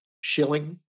Shilling